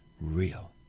real